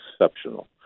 exceptional